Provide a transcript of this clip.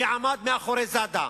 מי עמד מאחורי זאדה,